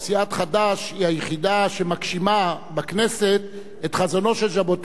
היא היחידה שמגשימה בכנסת את חזונו של ז'בוטינסקי "בן ערב,